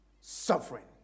suffering